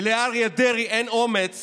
כי לאריה דרעי אין אומץ